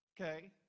Okay